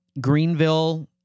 Greenville